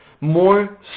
more